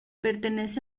pertenece